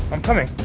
i'm coming.